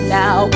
now